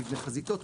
מבנה חזיתות,